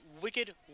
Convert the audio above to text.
Wicked